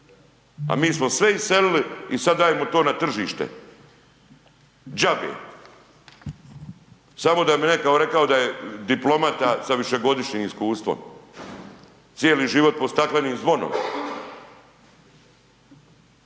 a mi smo sve iselili i sad dajemo to na tržište, džabe. Samo da bi netko rekao da je diplomata sa višegodišnjim iskustvom, cijeli život pod staklenim zvonom,